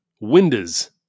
Windows